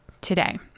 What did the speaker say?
today